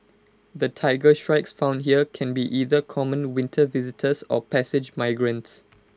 the Tiger Shrikes found here can be either common winter visitors or passage migrants